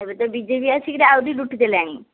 ଏବେ ତ ବିଜେପି ଆସିକିରି ଆଉରି ଲୁଟି ଦେଲାଣି